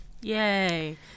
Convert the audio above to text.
Yay